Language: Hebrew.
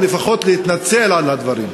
או לפחות להתנצל על הדברים.